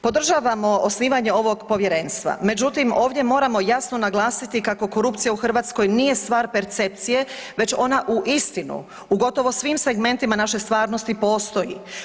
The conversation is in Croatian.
Podržavamo osnivanje ovog povjerenstva, međutim ovdje moramo jasno naglasiti kako korupcija u Hrvatskoj nije stvar percepcije već ona uistinu u gotovo svim segmentima naše stvarnosti postoji.